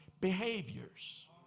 behaviors